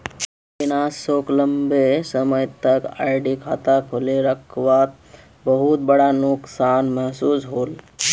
अविनाश सोक लंबे समय तक आर.डी खाता खोले रखवात बहुत बड़का नुकसान महसूस होल